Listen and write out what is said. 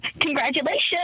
Congratulations